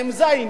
האם זה העניין?